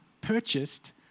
purchased